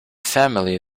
family